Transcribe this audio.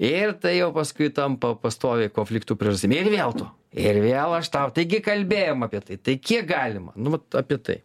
ir tai jau paskui tampa pastovi konfliktų priežastim ir vėl tu ir vėl aš tau taigi kalbėjom apie tai tai kiek galima nu vat apie tai